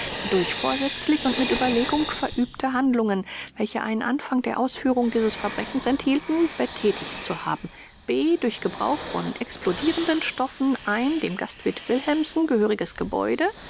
durch vorsätzlich und mit überlegung verübte handlungen welche einen anfang der ausführung dieses verbrechens enthielten betätigt zu haben b durch gebrauch von explodierenden stoffen ein dem gastwirt willemsen gehöriges gebäude